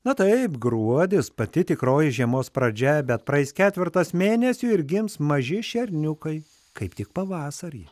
na taip gruodis pati tikroji žiemos pradžia bet praeis ketvertas mėnesių ir gims maži šerniukai kaip tik pavasarį